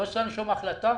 לא הוצאנו שום החלטה.